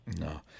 No